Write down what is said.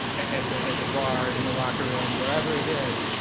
at the at the bar, in the locker room, wherever it is,